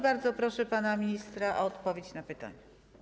Bardzo proszę pana ministra o odpowiedź na pytanie.